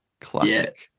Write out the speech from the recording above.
Classic